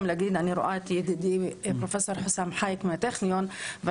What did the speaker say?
להגיד אני רואה את ידידי פרופ' חוסאם חאיק מהטכניון אבל